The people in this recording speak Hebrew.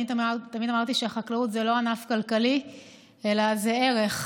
אני תמיד אמרתי שהחקלאות זה לא ענף כלכלי אלא זה ערך.